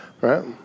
Right